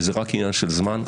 וזה רק עניין של זמן.